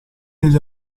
degli